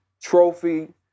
Trophy